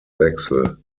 wechsel